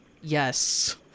Yes